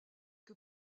que